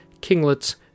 kinglets